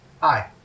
Hi